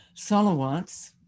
Salawats